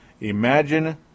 imagine